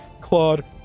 Claude